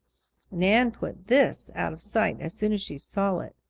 nan put this out of sight as soon as she saw it.